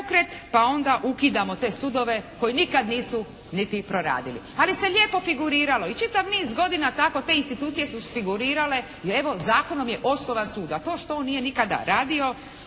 pa onda ukidamo te sudove koji nikad nisu niti proradili. Ali se lijepo figuriralo. I čitav niz godina tako te institucije su figurirale i evo, zakonom je osnovan sud. A to što on nije nikada radio